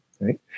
right